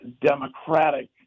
democratic